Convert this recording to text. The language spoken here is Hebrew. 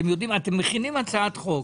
אתם מכינים הצעת חוק,